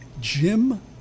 Jim